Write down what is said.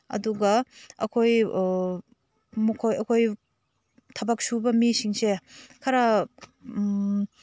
ꯑꯗꯨꯒ ꯑꯩꯈꯣꯏ ꯃꯈꯣꯏ ꯑꯩꯈꯣꯏ ꯊꯕꯛ ꯁꯨꯕ ꯃꯤꯁꯤꯡꯁꯦ ꯈꯔ